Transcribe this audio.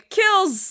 kills